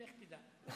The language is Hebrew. לך תדע.